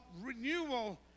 renewal